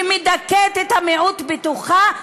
שמדכאת את המיעוט בתוכה,